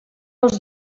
els